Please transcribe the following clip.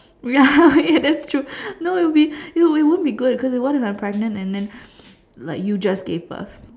ya eh that's true no it won't it won't be good cause what if I am pregnant and then like you just gave birth